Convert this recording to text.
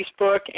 Facebook